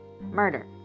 Murder